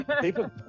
People